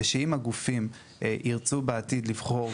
ואם שני הגופים ירצו בעתיד לבחור